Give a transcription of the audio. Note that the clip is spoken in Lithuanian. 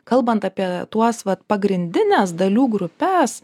kalbant apie tuos vat pagrindines dalių grupes